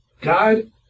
god